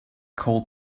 called